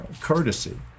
Courtesy